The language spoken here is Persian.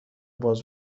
باز